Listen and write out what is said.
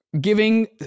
giving